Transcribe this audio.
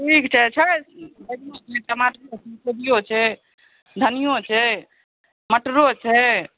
ठीक छै छै बैगनो छै टमाटरो छै कोबियो छै धनिओ छै मटरो छै